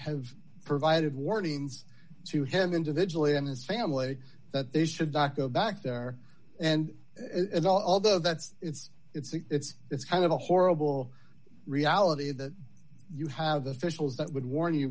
have provided warnings to him individual in his family that they should not go back there and although that's it's it's it's kind of a horrible reality that you have the specials that would warn you